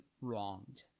wronged